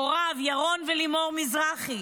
הוריו, ירון ולימור מזרחי,